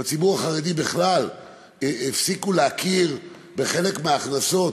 בציבור החרדי בכלל הפסיקו להכיר בחלק מההכנסות.